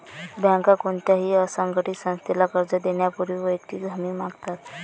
बँका कोणत्याही असंघटित संस्थेला कर्ज देण्यापूर्वी वैयक्तिक हमी मागतात